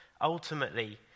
ultimately